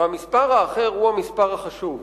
והמספר האחר הוא המספר החשוב.